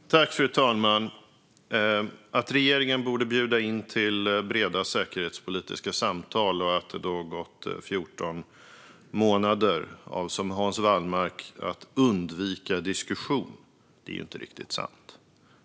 Fru talman! Hans Wallmark säger att regeringen borde bjuda in till breda säkerhetspolitiska samtal och att det har gått 14 månader då Socialdemokraterna undvikit diskussion. Det är ju inte riktigt sant.